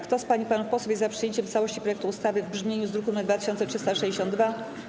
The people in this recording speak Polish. Kto z pań i panów posłów jest za przyjęciem w całości projektu ustawy w brzmieniu z druku nr 2362?